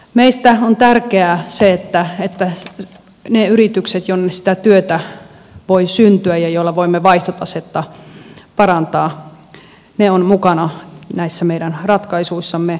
meistä on tärkeää se että ne yritykset joihin sitä työtä voi syntyä ja joilla voimme vaihtotasetta parantaa ovat mukana näissä meidän ratkaisuissamme